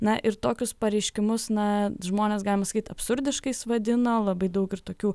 na ir tokius pareiškimus na žmones galima sakyt absurdiškais vadina labai daug ir tokių